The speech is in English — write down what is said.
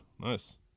Nice